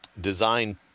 design